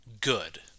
good